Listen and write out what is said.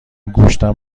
گوشتم